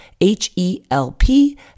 H-E-L-P